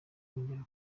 kongera